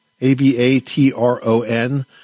A-B-A-T-R-O-N